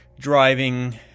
driving